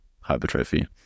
hypertrophy